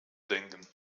denken